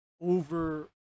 over